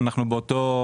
אנחנו באותו